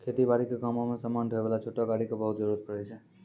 खेती बारी के कामों मॅ समान ढोय वाला छोटो गाड़ी के बहुत जरूरत पड़ै छै